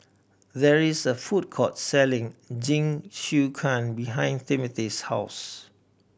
there is a food court selling Jingisukan behind Timothy's house